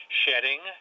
shedding